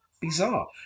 bizarre